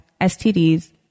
STDs